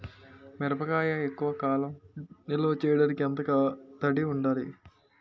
మిరపకాయ ఎక్కువ కాలం నిల్వ చేయటానికి ఎంత తడి ఉండాలి?